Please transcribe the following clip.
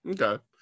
okay